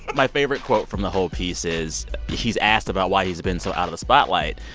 my favorite quote from the whole piece is he's asked about why he's been so out of the spotlight,